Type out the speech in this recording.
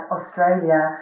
Australia